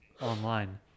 online